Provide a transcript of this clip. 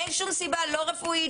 אין שום סיבה לא רפואית,